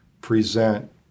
present